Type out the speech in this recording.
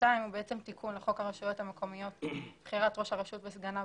תיקון חוק הרשויות המקומיות (בחירת ראש הרשות וסגניו